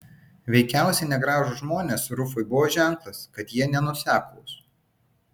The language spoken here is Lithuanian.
veikiausiai negražūs žmonės rufui buvo ženklas kad jie nenuoseklūs